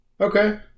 Okay